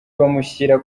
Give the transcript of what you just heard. bamushyira